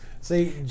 See